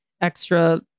extra